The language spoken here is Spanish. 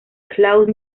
claude